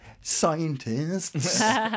scientists